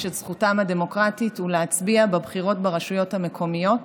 את זכותם הדמוקרטית ולהצביע בבחירות לרשויות המקומיות.